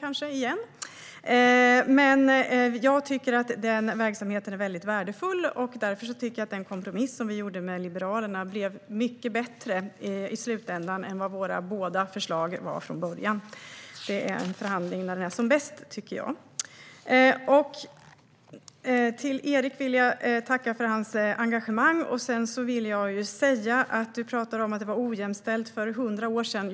Jag tycker att den verksamheten är väldigt värdefull, och därför tycker jag att den kompromiss som vi gjorde med Liberalerna i slutändan blev mycket bättre än vad våra båda förslag var från början. Det är en förhandling när den är som bäst, tycker jag. Jag vill tacka Erik för hans engagemang. Han pratar om att det var ojämställt för 100 år sedan.